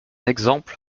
exemple